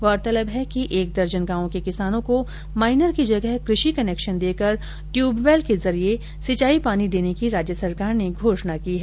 गौरतलब है कि एक दर्जन गांवों के किसानों को माइनर की जगह कृषि कनेक्शन देकर ट्यूबवैल के जरिये सिंचाई पानी देने की राज्य सरकार ने घोषणा की है